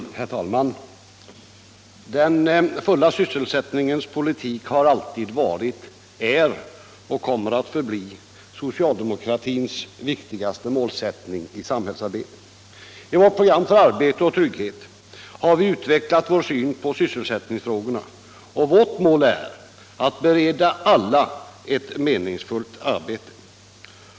Herr talman! Den fulla sysselsättningens politik har alltid varit, är och kommer att förbli socialdemokratins viktigaste målsättning i samhällsarbetet. I vårt program för arbete och trygghet har vi utvecklat vår syn på sysselsättningsfrågorna, och vårt mål är att bereda af!la ett meningsfullt arbete.